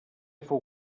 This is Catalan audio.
fou